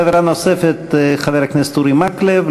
שאלה נוספת לחבר הכנסת אורי מקלב.